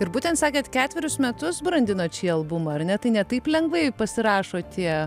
ir būtent sakėt ketverius metus brandinot šį albumą ar ne tai ne taip lengvai pasirašo tie